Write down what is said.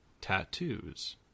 tattoos